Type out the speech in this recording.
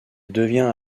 devient